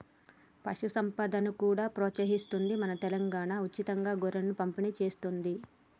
పశు సంపదను కూడా ప్రోత్సహిస్తుంది మన తెలంగాణా, ఉచితంగా గొర్రెలను పంపిణి చేస్తుంది